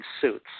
suits